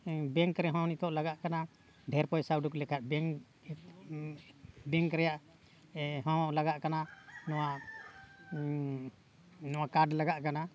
bank ᱨᱮᱦᱚᱸ ᱱᱤᱛᱳᱜ ᱞᱟᱜᱟᱜ ᱠᱟᱱᱟ ᱰᱷᱮᱨ ᱯᱚᱭᱥᱟ ᱩᱰᱩᱠ ᱞᱮᱠᱷᱟᱱ ᱵᱮᱝᱠ ᱵᱮᱝᱠ ᱨᱮᱱᱟᱜ ᱦᱚᱸ ᱞᱟᱜᱟᱜ ᱠᱟᱱᱟ ᱱᱚᱣᱟ ᱱᱚᱣᱟ ᱠᱟᱨᱰ ᱞᱟᱜᱟᱜ ᱠᱟᱱᱟ